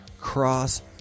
Cross